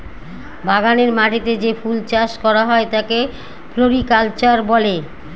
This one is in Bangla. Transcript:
বাগানের মাটিতে যে ফুল চাষ করা হয় তাকে ফ্লোরিকালচার বলে